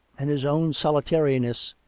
and his own solitariness,